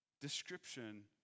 description